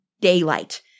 daylight